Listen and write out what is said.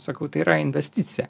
sakau tai yra investicija